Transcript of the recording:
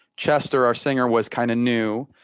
chester, our singer was kind of new,